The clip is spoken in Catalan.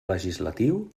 legislatiu